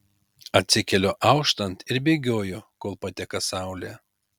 atsikeliu auštant ir bėgioju kol pateka saulė